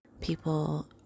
people